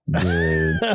Dude